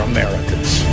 Americans